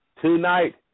Tonight